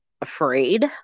afraid